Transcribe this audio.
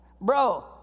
Bro